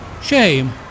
Shame